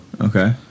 Okay